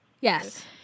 Yes